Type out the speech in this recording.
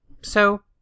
So-